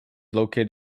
located